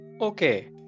Okay